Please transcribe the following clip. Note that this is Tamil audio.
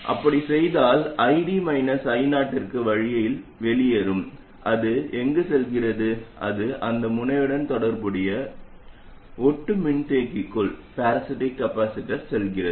அப்படிச் செய்தால் ID மைனஸ் I0 அந்த வழியில் வெளியேறும் அது எங்கு செல்கிறது அது அந்த முனையுடன் தொடர்புடைய ஒட்டு மின்தேக்கிக்குள் செல்கிறது